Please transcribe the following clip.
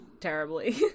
terribly